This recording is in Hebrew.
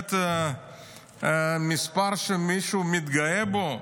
באמת מספר שמישהו מתגאה בו?